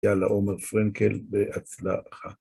יאללה, עומר פרנקל, בהצלחה.